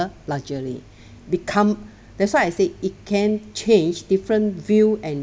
a luxury become that's why I say it can change different view and